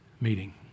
meeting